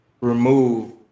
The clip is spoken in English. remove